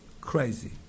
crazy